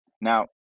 Now